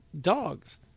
dogs